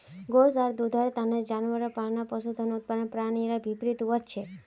गोस आर दूधेर तने जानवर पालना पशुधन उत्पादन प्रणालीर भीतरीत वस छे